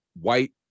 white